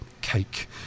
Cake